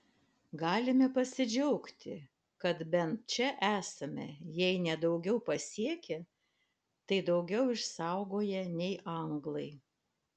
galime pasidžiaugti kad bent čia esame jei ne daugiau pasiekę tai daugiau išsaugoję nei anglai